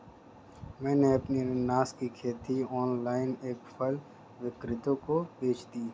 मैंने अपनी अनन्नास की खेती ऑनलाइन एक फल विक्रेता को बेच दी